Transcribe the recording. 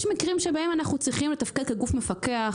יש מקרים שבהם אנחנו צריכים לתפקד כגוף מפקח,